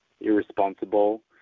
irresponsible